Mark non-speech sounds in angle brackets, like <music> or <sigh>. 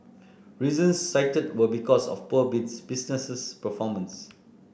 reasons cited were because of poor <unintelligible> businesses performance